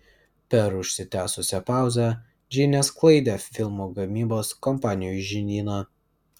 per užsitęsusią pauzę džinė sklaidė filmų gamybos kompanijų žinyną